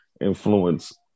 influence